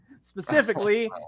Specifically